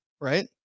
right